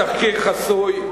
התחקיר חסוי.